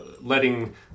letting